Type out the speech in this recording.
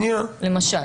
למשל?